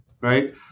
right